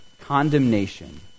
condemnation